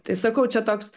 tai sakau čia toks